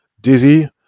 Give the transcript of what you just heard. Dizzy